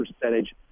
percentage